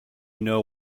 know